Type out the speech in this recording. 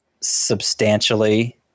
substantially